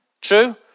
True